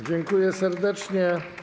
Dziękuję serdecznie.